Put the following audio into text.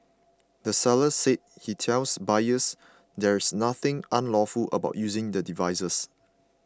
the seller said he tells buyers there's nothing unlawful about using the devices